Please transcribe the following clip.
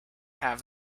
have